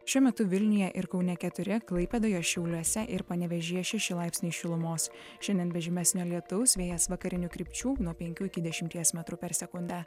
šiuo metu vilniuje ir kaune keturi klaipėdoje šiauliuose ir panevėžyje šeši laipsniai šilumos šiandien be žymesnio lietaus vėjas vakarinių krypčių nuo penkių iki dešimties metrų per sekundę